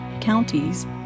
counties